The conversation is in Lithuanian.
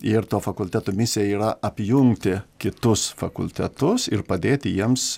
ir to fakulteto misija yra apjungti kitus fakultetus ir padėti jiems